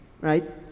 right